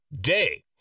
Day